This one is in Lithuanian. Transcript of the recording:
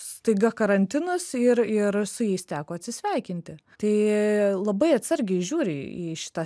staiga karantinas ir ir su jais teko atsisveikinti tai labai atsargiai žiūri į šitą